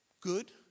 good